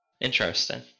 Interesting